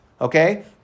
Okay